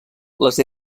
les